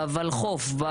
בוולחו"פ,